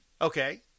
Okay